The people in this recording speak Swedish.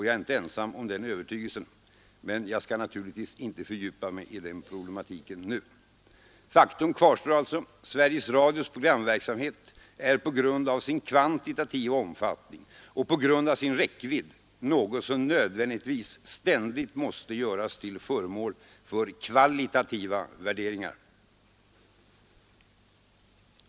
Jag är inte ensam om den övertygelsen. Jag skall emellertid inte fördjupa mig i den problematiken nu. Faktum kvarstår. Sveriges Radios programverksamhet är på grund av sin kvantitativa omfattning och på grund av sin räckvidd något som nödvändigtvis ständigt måste göras till föremål för kvalitativa värderingar.